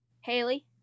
Haley